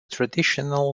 traditional